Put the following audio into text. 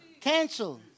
cancel